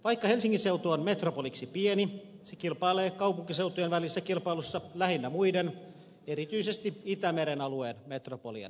vaikka helsingin seutu on metropoliksi pieni se kilpailee kaupunkiseutujen välisessä kilpailussa lähinnä muiden erityisesti itämeren alueen metropolien kanssa